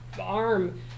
arm